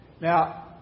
Now